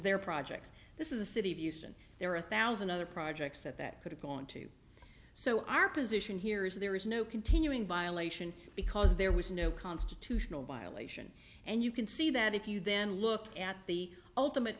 their projects this is the city of euston there are a thousand other projects that that could have gone to so our position here is there is no continuing violation because there was no constitutional violation and you can see that if you then look at the ultimate